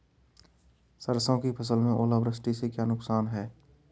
सरसों की फसल में ओलावृष्टि से क्या नुकसान है?